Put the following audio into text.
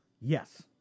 Yes